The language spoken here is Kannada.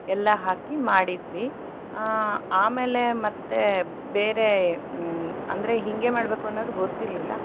ಎಲ್ಲ ಹಾಕಿ ಮಾಡಿದ್ವಿ ಆಮೇಲೆ ಮತ್ತೆ ಬೇರೆ ಅಂದರೆ ಹೀಗೆ ಮಾಡಬೇಕು ಅನ್ನೋದು ಗೊತ್ತಿರ್ಲಿಲ್ಲ